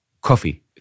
coffee